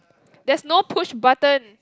there's no push button